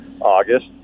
August